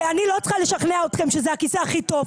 אני לא צריכה לשכנע אתכם שזה הכיסא הכי טוב.